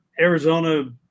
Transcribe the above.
Arizona